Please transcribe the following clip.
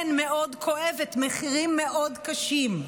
כן, מאוד כואבת, מחירים מאוד קשים.